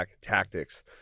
tactics